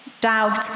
doubt